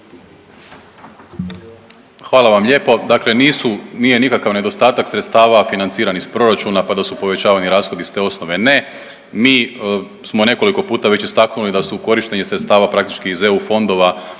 Hvala vam lijepo. Dakle nisu, nije nikakav nedostatak sredstava financiran iz proračuna, pa da su povećani rashodi sa te osnove. Ne, mi smo nekoliko puta već istaknuli da su korištenje sredstava praktički iz EU fondova